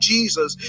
Jesus